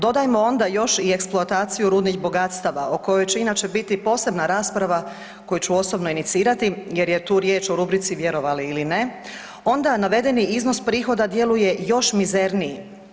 Dodajmo onda još i eksploataciju rudnih bogatstava o kojoj će inače biti posebna rasprava koju ću osobno inicirati jer je tu riječ o rubrici „Vjerovali ili ne“, onda navedeni iznos prihoda djeluje još mizerniji.